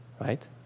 right